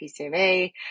PCMA